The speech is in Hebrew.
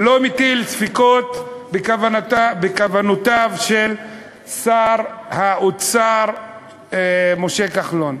לא מטיל ספקות בכוונותיו של שר האוצר משה כחלון,